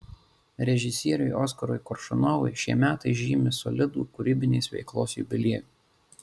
režisieriui oskarui koršunovui šie metai žymi solidų kūrybinės veiklos jubiliejų